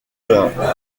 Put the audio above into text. lors